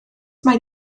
mae